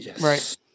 Right